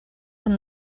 from